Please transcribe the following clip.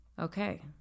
okay